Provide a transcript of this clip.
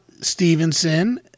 Stevenson